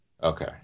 Okay